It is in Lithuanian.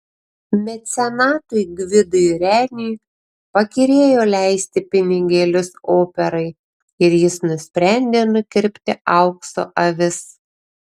mecenatui gvidui reniui pakyrėjo leisti pinigėlius operai ir jis nusprendė nukirpti aukso avis